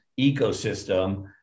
ecosystem